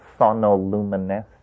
sonoluminescence